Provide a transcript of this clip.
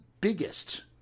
biggest